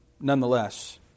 nonetheless